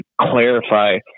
clarify